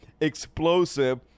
explosive